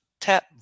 TAP